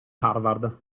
harvard